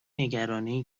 نگرانی